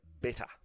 better